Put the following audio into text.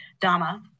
DAMA